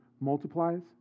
multiplies